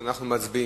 אנחנו מצביעים,